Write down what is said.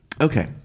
okay